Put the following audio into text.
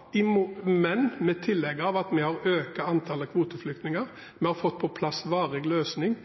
grad skjer, men i tillegg har vi økt antallet kvoteflyktninger. Vi har fått på plass en